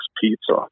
pizza